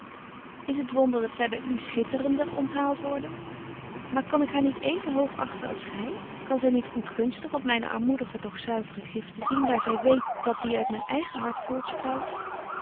is t wonder dat zy by u schitterender onthaalt wordt maar kan ik haar niet even hoog achten als gy kan zy niet goedgunstig op myne armoedige doch zuivere giften zien daar zy weet dat die uit myn eigen hart